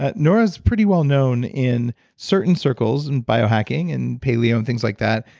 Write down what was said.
ah nora is pretty well known in certain circles, and biohacking and paleo and things like that,